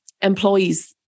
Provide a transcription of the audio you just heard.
employees